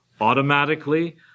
automatically